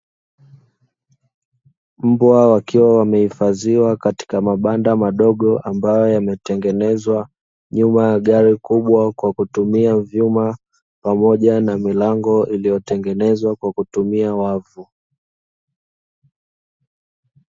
Mbwa wakiwa wamehifadhiwa katika mabanda madogo, ambayo yametengenezwa nyuma ya gari kubwa kwa kutumia vyuma, pamoja na milango iliyotengenezwa kwa kutumia wavu.